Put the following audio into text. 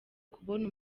kubona